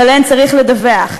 ועליהן צריך לדווח.